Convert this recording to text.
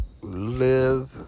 live